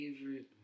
favorite